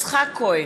יצחק כהן,